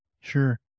Sure